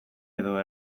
edo